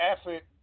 effort